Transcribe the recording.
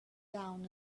down